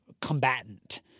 combatant